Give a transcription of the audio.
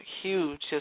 huge